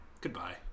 Goodbye